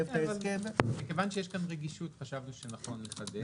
כיוון שיש רגישות, חשבנו שנכון לחדד.